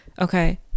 Okay